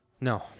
No